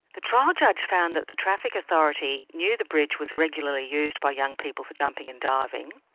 the trial judge found that the traffic authority knew the bridge was regularly used by young people for jumping and diving.